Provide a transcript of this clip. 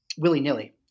willy-nilly